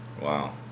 wow